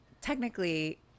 Technically